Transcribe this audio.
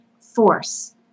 force